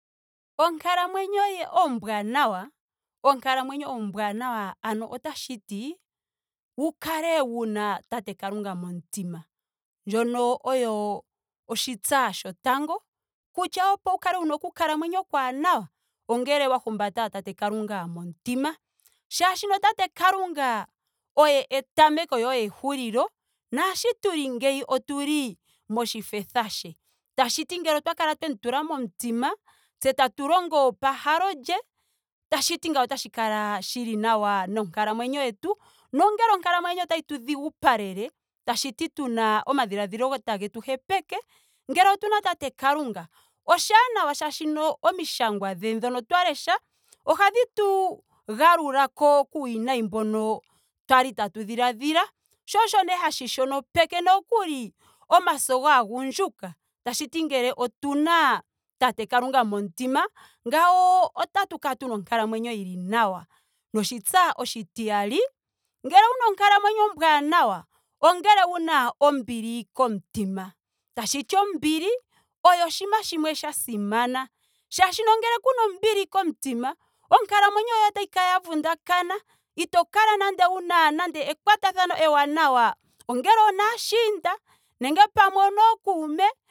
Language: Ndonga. Onkalamwenyo ombwaanawa onkalamwenyo ombwaanawa ano otashiti wu kale una tate kalunga momutima. Ndjonooyo oshitsa shotango kutya opo u kale una oku kalamwenyo okwaanawa ongele wa humbata tate kalunga momutima. Molwaashoka tate kalunga oye etameko ye oye ehulilo. naasho tuli ngeyi otuli moshifetha she. Tashiti ngele otwa kala twemu tula komutima. tse tatu longo pahalo lye. tashiti ngawo otashi kala shili nawa nonkalamwenyo yetu. Nongele onkalamwenyo otayi tu dhigupalele. tashiti tuna omadhiladhilo tagetu hepeke. ngele tuna tate kalunga oshanawa molwaashoka omishangwa dhe dhoka twa lesha ohadhi tu galulako kuuwinayi mboka kwali tatu dhiladhila. sho osho nokuli hashi shonopeke omaso gaandjuka. Tashiti ngele otuna tate kalunga momutima ngawo otatu kala tuna onkalamwenyo yili nawa. Noshitsa oshitiyali. ngele wuna onkalamwenyo ombwaanawa ongele wuna ombili komutima. Tashiti ombili oyo oshinima shimwe sha simana. molwaashoka ngele kuna ombili komutima onkalamwenyo yoye otayi kala yaa vundakana. Ito kala nando wuna ekwatathano ewanawa. ongele onaashiinda. nenge pamwe onookuume